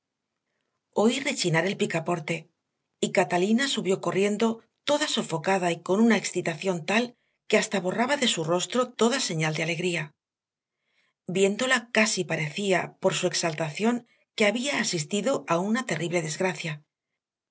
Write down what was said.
oí rechinar el picaporte y catalina subió corriendo toda sofocada y con una excitación tal que hasta borraba de su rostro toda señal de alegría viéndola casi parecía por su exaltación que había asistido a una terrible desgracia